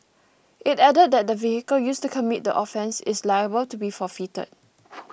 it added that the vehicle used to commit the offence is liable to be forfeited